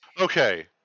okay